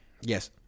Yes